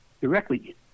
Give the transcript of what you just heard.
directly